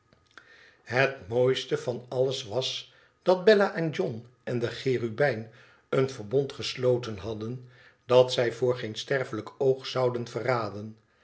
het mooist van alles was dat bella en john en de cherubijn een verbond gesloten hadden dat zij voor geen sterfelijk oog zouden verradeit